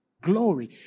glory